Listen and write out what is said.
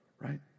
right